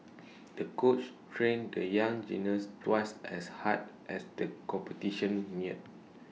the coach trained the young gymnast twice as hard as the competition neared